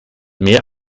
mehr